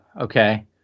Okay